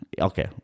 okay